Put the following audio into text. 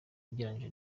ugereranyije